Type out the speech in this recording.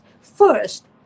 first